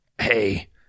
Hey